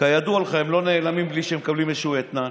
וכידוע לך הם לא נעלמים מבלי שהם מקבלים איזשהו אתנן.